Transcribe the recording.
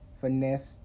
finesse